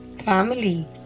family